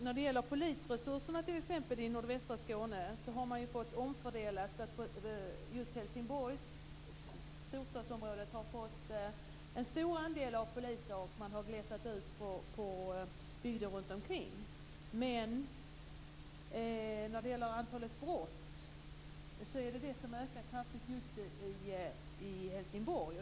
När det gäller t.ex. polisresurserna i nordvästra Skåne har de omfördelats på ett sådant sätt att Helsingborgs storstadsområde har fått en stor andel av polisresurserna. Men i bygder runt omkring har polisresurserna glesats ut. Men antalet brott ökar kraftigt just i Helsingborg.